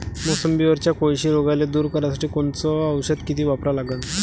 मोसंबीवरच्या कोळशी रोगाले दूर करासाठी कोनचं औषध किती वापरा लागन?